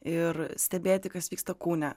ir stebėti kas vyksta kūne